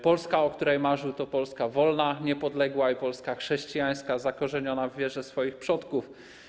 Polska, o której marzył, to Polska wolna, niepodległa, Polska chrześcijańska, zakorzeniona w wierze swoich przodków.